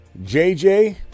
JJ